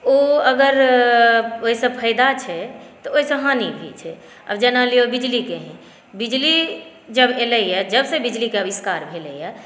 ओ अगर ओहिसॅं फ़ायदा छै तऽ ओहिसॅं हानि भी छै आब जेना लियो बिजलीके ही बिजली जब एलै यऽ जबसे बिजलीके आविष्कार भेलै हँ